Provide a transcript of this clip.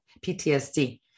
PTSD